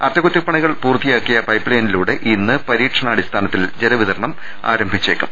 അറ്റകുറ്റപ്പണികൾ പൂർത്തിയാക്കിയ പൈപ്പ്ലൈനിലൂടെ ഇന്ന് പരീക്ഷണാടിസ്ഥാനത്തിൽ ജലവിതരണം ആരംഭിച്ചേക്കും